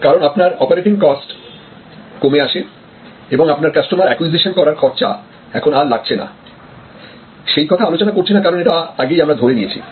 কারন আপনার operating cost কমে আসে এবং আমরা কাস্টমার অ্যাকুইজিশন করার খরচা এখন আর লাগছেনা সেই কথা আলোচনা করছি না কারণ এটা আগেই আমরা ধরে নিয়েছি